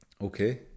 Okay